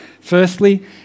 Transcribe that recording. Firstly